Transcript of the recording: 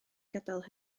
gadael